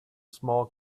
small